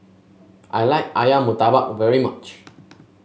I like ayam murtabak very much